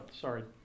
Sorry